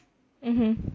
mmhmm